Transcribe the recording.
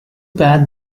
bad